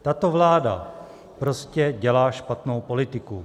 Tato vláda prostě dělá špatnou politiku.